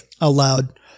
aloud